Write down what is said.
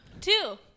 Two